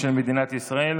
ואני מוסיף שלושה קולות,